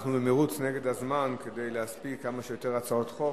אנחנו במירוץ נגד הזמן כדי להספיק כמה שיותר הצעות חוק.